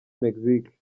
mexique